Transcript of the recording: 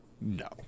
No